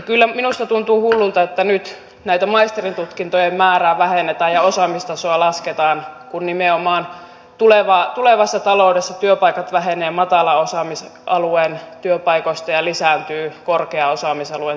kyllä minusta tuntuu hullulta että nyt maisterintutkintojen määrää vähennetään ja osaamistasoa lasketaan kun tulevassa taloudessa nimenomaan matalan osaamisalueen työpaikat vähenevät ja korkean osaamisalueen työpaikat lisääntyvät